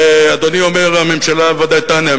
ואדוני אומר, הממשלה ודאי תענה.